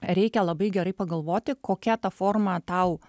reikia labai gerai pagalvoti kokia ta forma tau